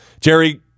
Jerry